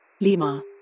Lima